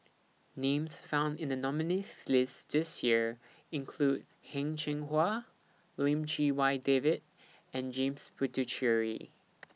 Names found in The nominees' list This Year include Heng Cheng Hwa Lim Chee Wai David and James Puthucheary